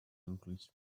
english